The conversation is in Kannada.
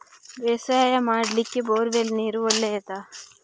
ಬೇಸಾಯ ಮಾಡ್ಲಿಕ್ಕೆ ಬೋರ್ ವೆಲ್ ನೀರು ಒಳ್ಳೆಯದಾ?